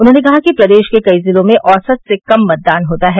उन्होंने कहा कि प्रदेश के कई जिलों में औसत से कम मतदान होता है